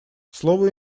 слово